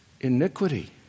iniquity